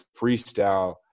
freestyle